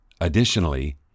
Additionally